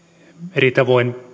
eri tavoin